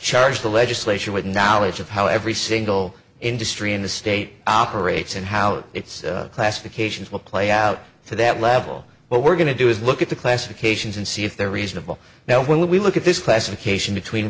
charge the legislation with knowledge of how every single industry in the state operates and how it's classifications will play out to that level what we're going to do is look at the classifications and see if they're reasonable now when we look at this classification between